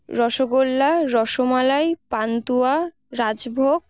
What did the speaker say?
rasgulla rasmalai pantua rajbhog